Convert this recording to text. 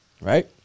Right